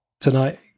tonight –